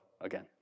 again